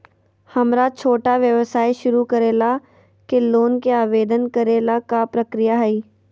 हमरा छोटा व्यवसाय शुरू करे ला के लोन के आवेदन करे ल का प्रक्रिया हई?